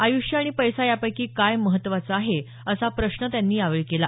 आय्ष्य आणि पैसा यापैकी काय महत्वाचं आहे असा प्रश्न त्यांनी यावेळी केला